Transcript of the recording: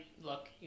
look